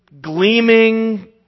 gleaming